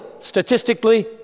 statistically